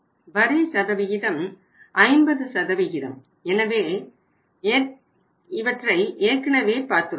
வரி சதவிகிதம் 50 என ஏற்கனவே பார்த்துள்ளோம்